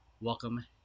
welcome